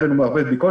יש לנו מספיק בדיקות,